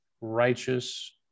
righteous